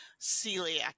celiac